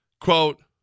Quote